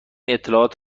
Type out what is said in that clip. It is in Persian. اطلاعات